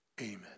Amen